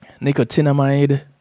Nicotinamide